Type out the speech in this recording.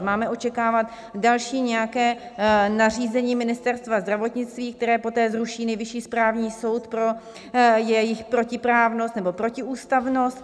Máme očekávat nějaké další nařízení Ministerstva zdravotnictví, které poté zruší Nejvyšší správní soud pro jejich protiprávnost nebo protiústavnost?